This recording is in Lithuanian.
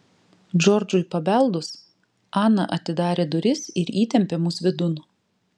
džordžui pabeldus ana atidarė duris ir įtempė mus vidun